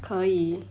可以